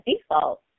default